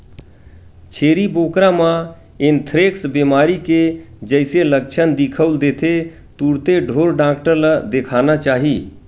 छेरी बोकरा म एंथ्रेक्स बेमारी के जइसे लक्छन दिखउल देथे तुरते ढ़ोर डॉक्टर ल देखाना चाही